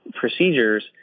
procedures